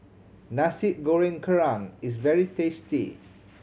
Nasi Goreng Kerang is very tasty